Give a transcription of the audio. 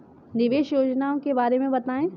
निवेश योजनाओं के बारे में बताएँ?